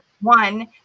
one